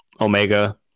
Omega